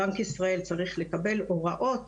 בנק ישראל צריך לקבל הוראות